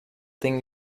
thing